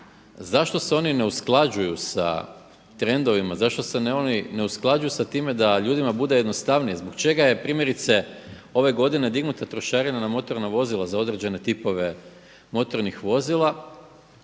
Zašto se oni ne usklađuju sa trendovima, zašto se oni ne usklađuju s time da ljudima bude jednostavnije? Zbog čega je primjerice ove godine dignuta trošarina na motorna vozila za određene tipove motornih vozila,